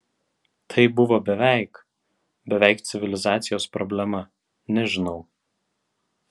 tai buvo beveik beveik civilizacijos problema nežinau